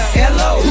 hello